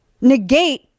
negate